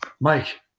Mike